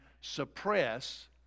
suppress